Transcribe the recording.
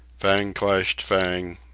fang clashed fang,